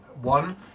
one